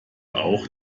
auch